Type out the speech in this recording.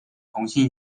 同性